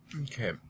Okay